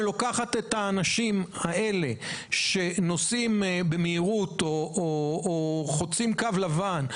שלוקחת את האנשים האלה שנוסעים במהירות או חוצים קו לבן,